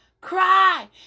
cry